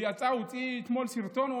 הוא הוציא אתמול סרטון,